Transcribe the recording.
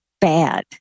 bad